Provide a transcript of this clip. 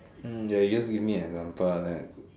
hmm ya you just give me an example ah then